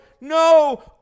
no